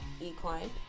equine